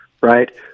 right